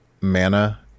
mana